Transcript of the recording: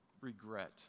regret